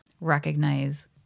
recognize